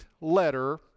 letter